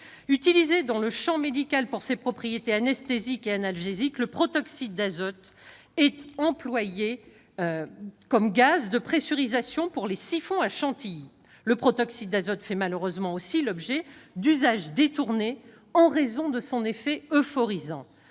Utilisé dans le champ médical pour ses propriétés anesthésiques et analgésiques, le protoxyde d'azote est aussi employé comme gaz de pressurisation pour les siphons à crème chantilly. Le protoxyde d'azote fait malheureusement aussi l'objet d'usages détournés en raison de son effet euphorisant.